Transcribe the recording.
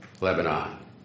Lebanon